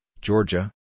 Georgia